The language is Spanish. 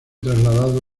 trasladado